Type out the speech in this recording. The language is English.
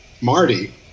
Marty